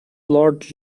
lord